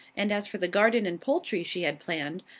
and as for the garden and poultry she had planned,